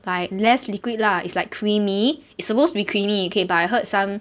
like less liquid lah it's like creamy it's supposed to be creamy okay but I heard some